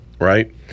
right